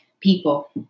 people